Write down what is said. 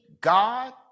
God